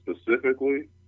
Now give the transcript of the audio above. specifically